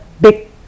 big